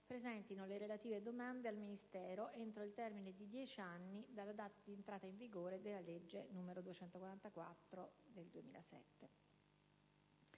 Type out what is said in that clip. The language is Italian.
presentino le relative domande al Ministero, entro il termine di dieci anni dalla data di entrata in vigore della legge n. 244 del 2007.